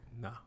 No